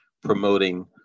promoting